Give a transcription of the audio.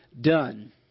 done